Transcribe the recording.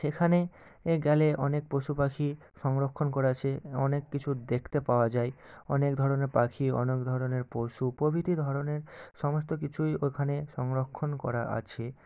সেখানে এ গেলে অনেক পশুপাখি সংরক্ষণ করা আছে অনেক কিছু দেখতে পাওয়া যায় অনেক ধরনের পাখি অনেক ধরনের পশু প্রভৃতি ধরনের সমস্ত কিছুই ওখানে সংরক্ষণ করা আছে